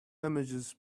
images